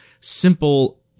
simple